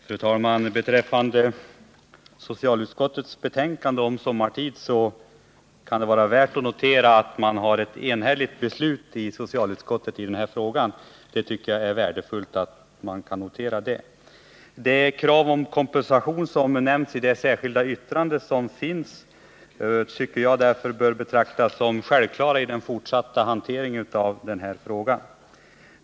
Fru talman! Beträffande socialutskottets betänkande om sommartid kan det vara värt att notera att det fattats ett enhälligt beslut i socialutskottet i denna fråga. Det är värdefullt att vi kan notera detta. De krav på kompensation som nämns i det särskilda yttrande som fogats till betänkandet tycker jag mot denna bakgrund bör betraktas som självklara i den fortsatta hanteringen av frågan.